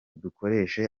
dukoreshe